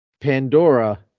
Pandora